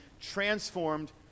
transformed